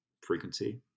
frequency